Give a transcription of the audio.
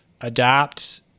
adapt